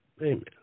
Amen